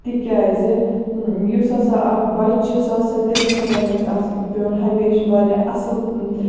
تکیازِ یُس ہَسا اکھ بَچہٕ چھُ سُہ ہَسا تٔمِس ہَسا گَژھِ آسن پیٚون ہَمیشہ واریاہ اصٕل